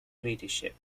leadership